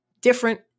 different